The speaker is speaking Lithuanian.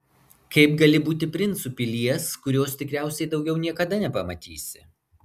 kaip gali būti princu pilies kurios tikriausiai daugiau niekada nepamatysi